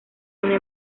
una